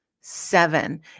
seven